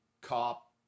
cop